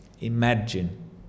imagine